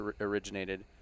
originated